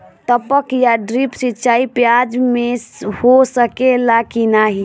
टपक या ड्रिप सिंचाई प्याज में हो सकेला की नाही?